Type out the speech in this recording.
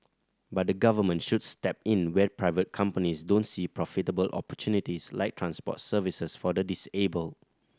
but the Government should step in where private companies don't see profitable opportunities like transport services for the disabled